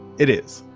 it is.